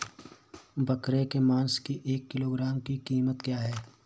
बकरे के मांस की एक किलोग्राम की कीमत क्या है?